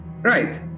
Right